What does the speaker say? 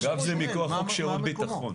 מג"ב זה מכוח חוק שירות ביטחון.